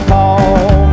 Paul